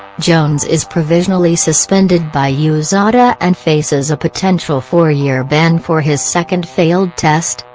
jones is provisionally suspended by usada and faces a potential four-year ban for his second failed test,